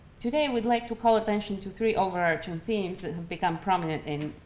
today we'd like to call attention to three overarching themes that have become prominent in